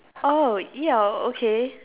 oh ya okay